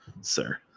sir